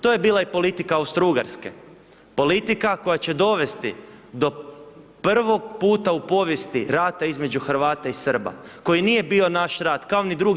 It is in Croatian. To je bila i politika Austro-ugarske, politika koja će dovesti do prvog puta u povijesti rata između Hrvata i Srba, koji nije bio naš rat, ako ni II.